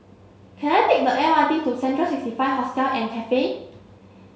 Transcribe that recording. can I take the M R T to Central sixty five Hostel and Cafe